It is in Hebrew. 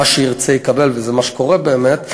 מה שירצה יקבל, וזה מה שקורה באמת.